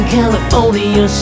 California